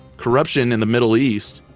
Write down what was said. corruption in the middle east,